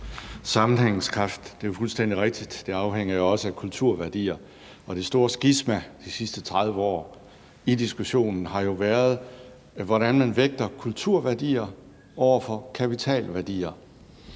Sammenhængskraft, det er fuldstændig rigtigt, og det afhænger også af kulturværdier, og det store skisma de sidste 30 år i diskussionen har jo været, hvordan man vægter kulturværdier over for kapitalværdier.